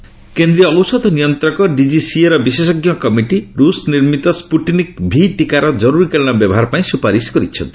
ଡିକିସିଏ କେନ୍ଦ୍ରୀୟ ଔଷଧ ନିୟନ୍ତ୍ରକ ଡିଜିସିଏର ବିଶେଷଜ୍ଞ କମିଟି ରୁଷ ନିର୍ମିତ ସ୍କୁଟିନିକ୍ ଭି ଟିକାର ଜରୁରୀକାଳୀନ ବ୍ୟବହାର ପାଇଁ ସୁପାରିଶ କରିଛନ୍ତି